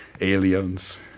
aliens